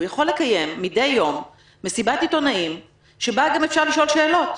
הוא יכול לקיים מדי יום מסיבת עיתונאים שבה גם אפשר לשאול שאלות,